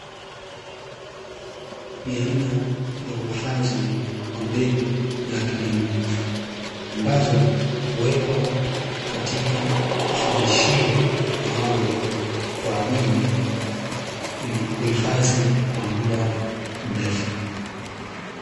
Ni aina ya uhifadhi wa mbegu za kilimo ambazo huwekwa katika kifungashio maalumu kwa ajili ya kuhifadhi kwa muda mrefu.